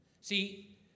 See